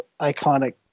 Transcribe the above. iconic